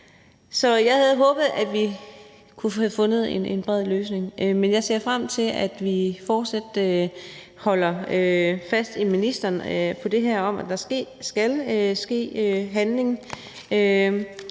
Så jeg havde håbet, at vi kunne have fundet en bred løsning, men jeg ser frem til, at vi fortsat holder fast i ministeren i forhold til det her om, at der skal ske handling,